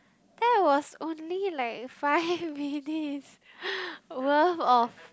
then I was only like five minutes worth of